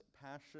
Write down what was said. passion